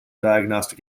diagnostic